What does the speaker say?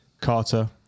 Carter